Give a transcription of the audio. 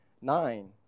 Nine